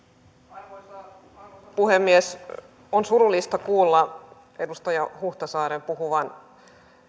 arvoisa puhemies on surullista kuulla edustaja huhtasaaren puhuvan